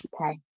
Okay